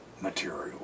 material